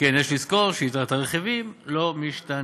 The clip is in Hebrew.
שכן יש לזכור שיתר הרכיבים לא משתנים.